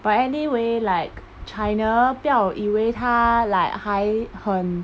but anyway like china 不要以为他 like 还很